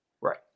Right